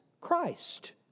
Christ